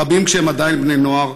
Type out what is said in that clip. רבים כשהם עדיין בני נוער,